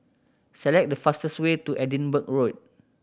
select the fastest way to Edinburgh Road